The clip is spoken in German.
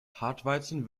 hartweizen